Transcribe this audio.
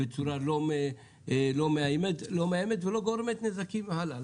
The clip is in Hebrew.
בצורה לא מאיימת ולא גורמת נזקים הלאה.